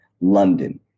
London